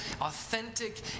authentic